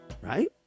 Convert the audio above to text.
Right